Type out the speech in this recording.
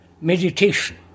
meditation